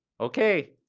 Okay